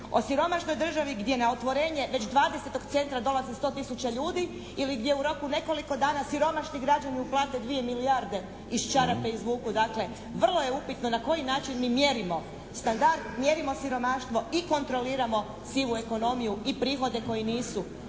o siromašnoj državi gdje na otvorenje već 20-og centra dolazi 100 tisuća ljudi ili gdje u roku nekoliko dana siromašni građani uplate 2 milijarde, iz čarape izvuku. Dakle, vrlo je upitno na koji način mi mjerimo standard, mjerimo siromaštvo i kontroliramo sivu ekonomiju i prihode koji nisu